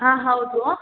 ಹಾಂ ಹೌದು